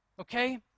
okay